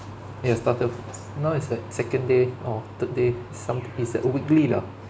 ya started now is like second day or third day it's some it's like weekly lah